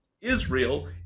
Israel